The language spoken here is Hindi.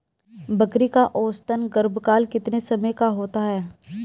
बकरी का औसतन गर्भकाल कितने समय का होता है?